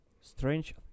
strange